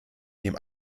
dem